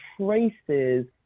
traces